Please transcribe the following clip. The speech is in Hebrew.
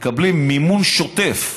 מקבלים מימון שוטף.